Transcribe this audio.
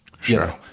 Sure